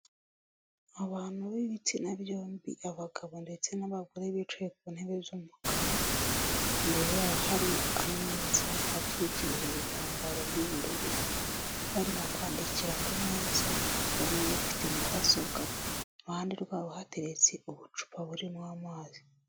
Abantu b'ibitsina byombi, abagabo ndetse n'abagore bicaye ku ntebe z'umukara, imbere yabo hari ameza atwikirije ibitambaro by'ubururu, barimo kwandikira ku meza, bamwe bafite mudasobwa, iruhande rwabo hateretse ubucupa burimo amazi.